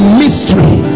mystery